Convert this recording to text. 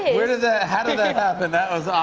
where did that how did that happen? that was ah